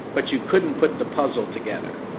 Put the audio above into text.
but you couldn't put the puzzle together.